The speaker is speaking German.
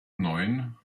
neun